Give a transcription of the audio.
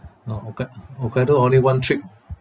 orh hokkai~ orh hokkaido only one trip